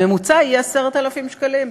הממוצע יהיה 10,000 שקלים.